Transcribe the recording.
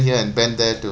here and bend there to